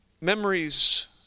Memories